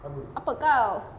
apa kau